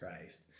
Christ